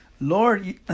Lord